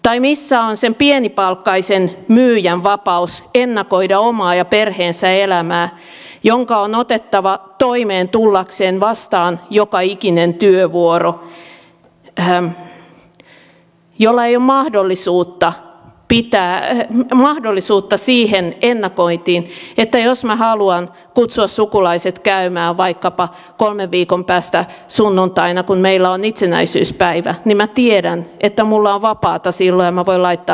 tai missä on sen pienipalkkaisen myyjän vapaus ennakoida omaa ja perheensä elämää myyjän jonka on otettava toimeen tullakseen vastaan joka ikinen työvuoro ja jolla ei ole mahdollisuutta siihen ennakointiin että jos minä haluan kutsua sukulaiset käymään vaikkapa kolmen viikon päästä sunnuntaina kun meillä on itsenäisyyspäivä niin minä tiedän että minulla on vapaata silloin ja minä voin laittaa heille ruokaa